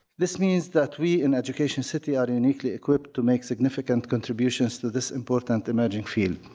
this means that we, in education city, are uniquely equipped to make significant contributions to this important emerging field,